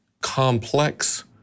complex